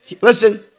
listen